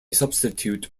substitute